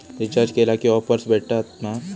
Recharge केला की offers भेटात मा?